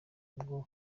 bwo